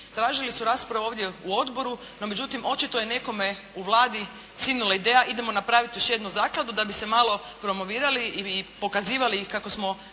Tražili su raspravu ovdje u odboru, no međutim, očito je nekome u Vladi sinula ideja, idemo napraviti još jednu zakladu da bi se malo promovirali i pokazivali kako smo